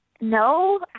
no